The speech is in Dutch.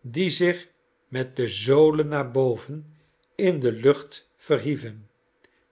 die zich met de zolen naar boven in de lucht verhieven